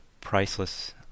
priceless